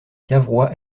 cavrois